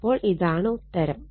അപ്പോൾ ഇതാണ് ഉത്തരം